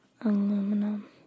aluminum